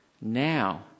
Now